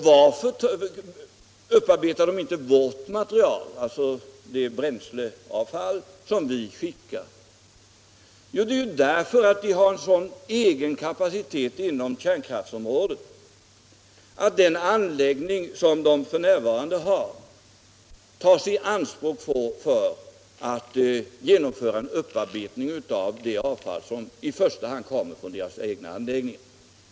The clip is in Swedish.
Varför upparbetar då inte engelsmännen vårt material, alltså det bränsleavfall som vi skickar? Jo, det är därför att de har en sådan egen kapacitet inom kärnkraftsområdet att den anläggning som de f.n. har i första hand tas i anspråk för att genomföra en upparbetning av det avfall som kommer från deras egna anläggningar.